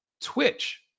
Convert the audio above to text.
twitch